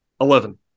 eleven